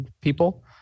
people